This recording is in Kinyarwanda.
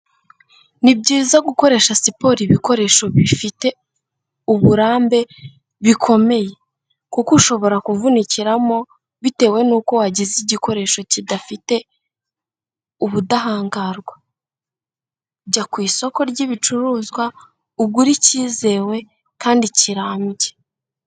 Ni byiza gukoresha siporo ibikoresho bifite uburambe bikomeye, kuko ushobora kuvunikiramo bitewe n'uko wagize igikoresho kidafite ubudahangarwa, jya ku isoko ry'ibicuruzwa ugura icyizewe kandi kirambye.